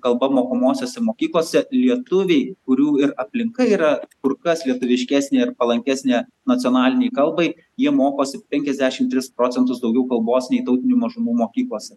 kalba mokomosiose mokyklose lietuviai kurių ir aplinka yra kur kas lietuviškesnė ir palankesnė nacionalinei kalbai jie mokosi penkiasdešim tris procentus daugiau kalbos nei tautinių mažumų mokyklose